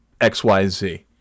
xyz